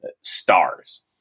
stars